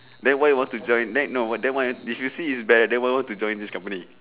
then why you want to join then no what then why if you see it's bad then why you want to join this company